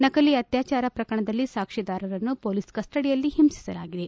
ನಕಲಿ ಅತ್ಯಾಚಾರ ಪ್ರಕರಣದಲ್ಲಿ ಸಾಕ್ಷಿದಾರರನ್ನು ಪೊಲೀಸ್ ಕಸ್ಲಡಿಯಲ್ಲಿ ಹಿಂಸಿಸಲಾಗಿದೆ